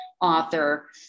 author